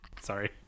sorry